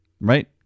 right